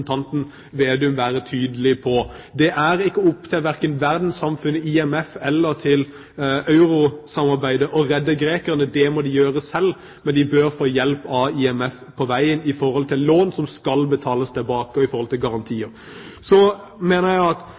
Vedum være tydelig på. Det er ikke opp til verken verdenssamfunnet, IMF eller eurosamarbeidet å redde grekerne. Det må de gjøre selv, men de bør få hjelp av IMF på veien i forhold til lån som skal betales tilbake, og i forhold til garantier. Så mener jeg at